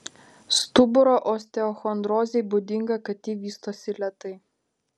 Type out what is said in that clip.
stuburo osteochondrozei būdinga kad ji vystosi lėtai